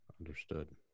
Understood